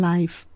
Life